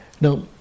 now